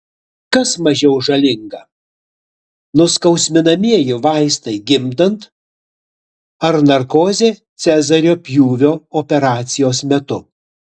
kas mažiau žalinga nuskausminamieji vaistai gimdant ar narkozė cezario pjūvio operacijos metu